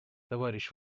товарищ